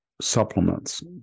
supplements